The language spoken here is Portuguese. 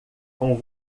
com